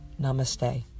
Namaste